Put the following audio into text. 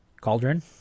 Cauldron